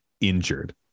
injured